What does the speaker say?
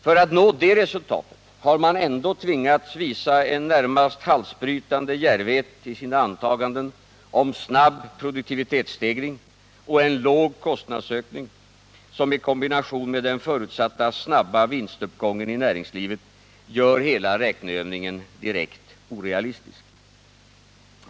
För att nå det resultatet har man ändå tvingats visa en närmast halsbrytande djärvhet i sina antaganden om en snabb produktivitetsstegring och en låg kostnadsökning, som i kombination med den förutsatta snabba vinstuppgången i näringslivet gör hela räkneövningen direkt orealistisk.